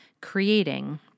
creating